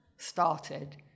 started